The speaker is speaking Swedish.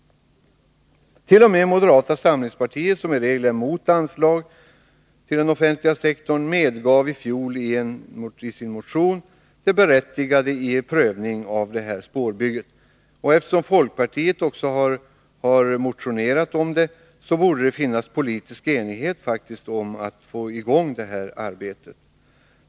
T. o. m. moderata samlingspartiet, som i regel är mot anslag till den offentliga sektorn, medgav i fjol i en motion det berättigade i en prövning av detta spårbygge. Och eftersom folkpartiet också har motionerat om detta borde det faktiskt finnas en politisk enighet om att få i gång detta arbete.